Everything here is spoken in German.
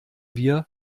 wir